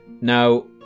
now